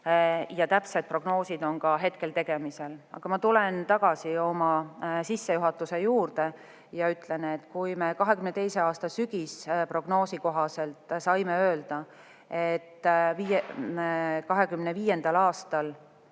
Täpsed prognoosid on hetkel tegemisel. Aga ma tulen tagasi oma sissejuhatuse juurde ja ütlen, et kui me 2022. aasta sügisprognoosi kohaselt saime öelda, et 2025. aastal